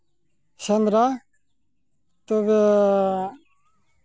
ᱥᱮᱸᱫᱽᱨᱟ ᱛᱚᱵᱮ